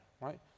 right